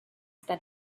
that